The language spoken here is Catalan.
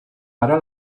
ara